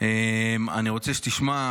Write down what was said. אני רוצה שתשמע,